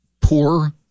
poor